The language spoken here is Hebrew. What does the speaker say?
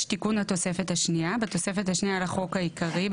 תיקון התוספת השנייה 6. בתוספת השנייה לחוק העיקרי,